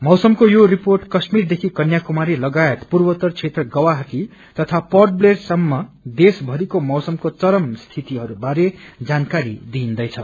मौसम को यो रिर्पोट काश्मीरदेखि कन्याकुमारी लागायत पूवरात्रोतर क्षेत्र गुवाहाटी तथा पोस्ट ब्लेन सम्म देशभरिको मौसमको चरम स्थितिहरू बारे जानकारी दिइदैछ